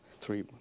three